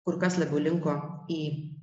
kur kas labiau linko į